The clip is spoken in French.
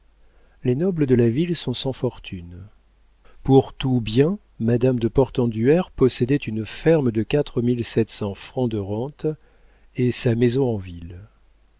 les nobles de la ville sont sans fortune pour tous biens madame de portenduère possédait une ferme de quatre mille sept cents francs de rente et sa maison en ville